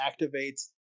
activates